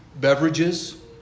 beverages